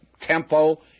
tempo